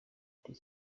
iti